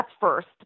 first